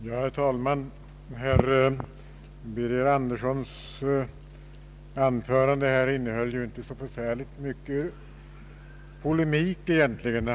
Herr talman! Herr Birger Anderssons anförande innehöll ju egentligen inte så mycket polemik.